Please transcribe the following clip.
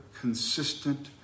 consistent